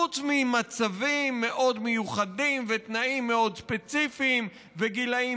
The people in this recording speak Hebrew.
חוץ ממצבים מאוד מיוחדים ובתנאים מאוד ספציפיים ולגילים